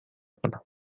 کنم